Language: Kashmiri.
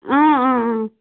اۭں اۭں اۭں